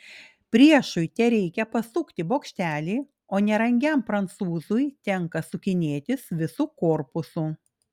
priešui tereikia pasukti bokštelį o nerangiam prancūzui tenka sukinėtis visu korpusu